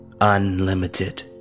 unlimited